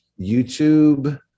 YouTube